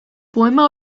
poema